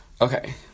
Okay